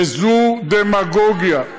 וזו דמגוגיה.